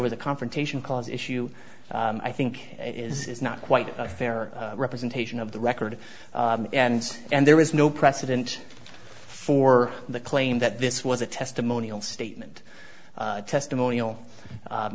was a confrontation clause issue i think it is not quite a fair representation of the record and and there is no precedent for the claim that this was a testimonial statement testimonial